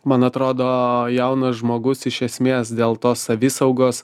man atrodo jaunas žmogus iš esmės dėl tos savisaugos